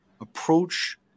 approach